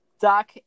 Doc